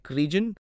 region